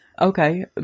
Okay